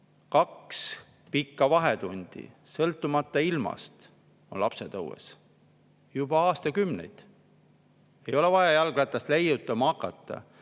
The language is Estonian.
Kaks pikka vahetundi, sõltumata ilmast, on lapsed õues, juba aastakümneid, ei ole vaja jalgratast leiutama hakata.